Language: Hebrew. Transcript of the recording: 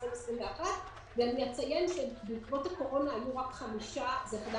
2021. אני אציין שבעקבות הקורונה זה חדר